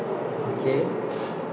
okay